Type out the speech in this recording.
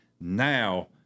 now